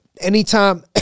anytime